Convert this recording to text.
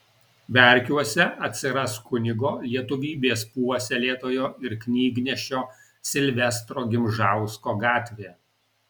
verkiuose atsiras kunigo lietuvybės puoselėtojo ir knygnešio silvestro gimžausko gatvė